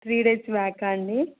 three days back అండి